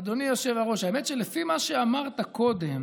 אדוני היושב-ראש, האמת, שלפי מה שאמרת קודם,